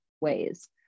ways